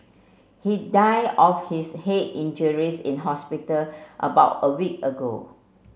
he died of his head injuries in hospital about a week ago